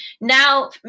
now